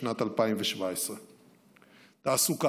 בשנת 2017. תעסוקה,